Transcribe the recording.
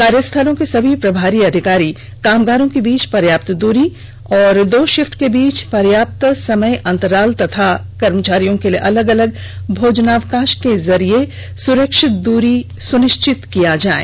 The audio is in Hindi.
कार्यस्थलों के सभी प्रभारी अधिकारी कामगारों के बीच पर्याप्त दूरी दो शि फ ट के बीच पर्याप्त समय अंतराल और कर्मचारियों के लिए अलग अलग भोजनावकाश कें जरिये सुरक्षित दूरी सुनिश्चित करेंगे